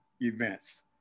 events